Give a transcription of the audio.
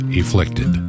afflicted